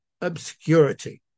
obscurity